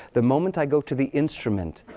the moment i go to the instrument,